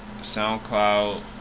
SoundCloud